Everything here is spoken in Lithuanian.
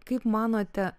kaip manote